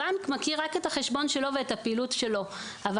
הבנק מכיר רק את החשבון שלו ואת הפעילות שלו אבל